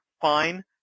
fine